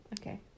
Okay